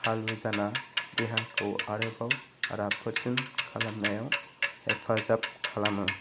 सालु जाना देहाखौ आरोबाव राफोदसिन खालामनायाव हेफाजाब खालामो